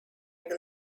will